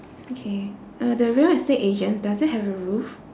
okay uh the real estate agents does it have a roof